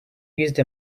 use